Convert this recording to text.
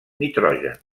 nitrogen